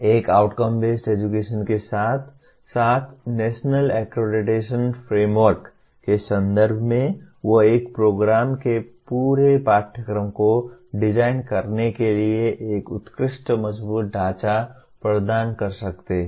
एक outcome based education के साथ साथ नेशनल एक्रेडिटेशन फ्रेमवर्क के संदर्भ में वे एक प्रोग्राम के पूरे पाठ्यक्रम को डिजाइन करने के लिए एक उत्कृष्ट मजबूत ढांचा प्रदान कर सकते हैं